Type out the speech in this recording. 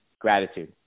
gratitude